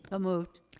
ah moved.